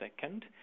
second